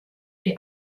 die